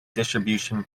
distribution